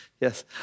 Yes